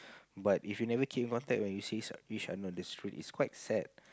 but if you never keep in contact when you sees a each other on the street it's quite sad